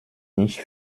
nicht